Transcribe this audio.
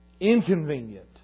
inconvenient